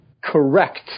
correct